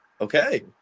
okay